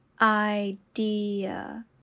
idea